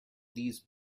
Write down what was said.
these